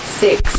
six